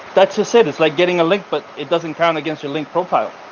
that so said, it's like getting a link, but it doesn't count against your link profile.